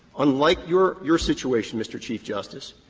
unlike your your situation, mr. chief justice,